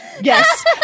Yes